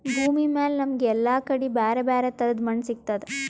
ಭೂಮಿಮ್ಯಾಲ್ ನಮ್ಗ್ ಎಲ್ಲಾ ಕಡಿ ಬ್ಯಾರೆ ಬ್ಯಾರೆ ತರದ್ ಮಣ್ಣ್ ಸಿಗ್ತದ್